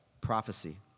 prophecy